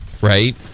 Right